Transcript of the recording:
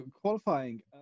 Qualifying